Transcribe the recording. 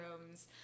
rooms